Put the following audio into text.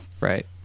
Right